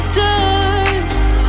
dust